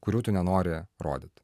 kurių tu nenori rodyt